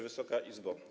Wysoka Izbo!